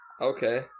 Okay